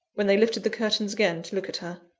when they lifted the curtains again to look at her,